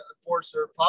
Enforcer